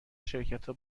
شرکتا